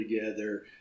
together